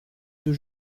deux